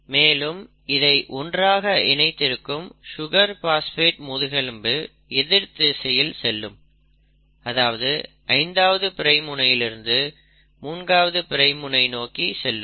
மேலும் இதை ஒன்றாக இணைத்திருக்கும் சுகர் பாஸ்பேட் முதுகெலும்பு எதிர் திசையில் செல்லும் அதாவது 5ஆவது பிரைம் முனையிலிருந்து 3ஆவது பிரைம் முனை நோக்கி செல்லும்